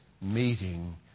meeting